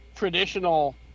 traditional